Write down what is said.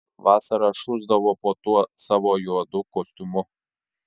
vasarą šusdavo po tuo savo juodu kostiumu